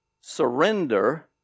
surrender